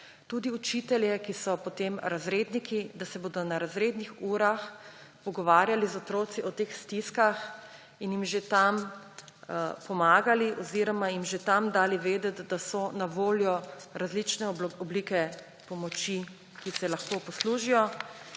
tudi učitelje, ki so potem razredniki, da se bodo na razrednih urah pogovarjali z otroki o teh stiskah in jim že tam pomagali oziroma jim že tam dali vedeti, da so na voljo različne oblike pomoči, ki se jih lahko poslužijo.